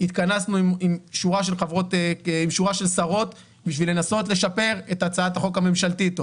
התכנסנו עם שורה של שרות בממשלה כדי לנסות לשפר את הצעת החוק הממשלתית.